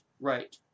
right